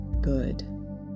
good